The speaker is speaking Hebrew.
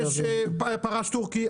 יש פרש תורכי,